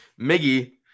Miggy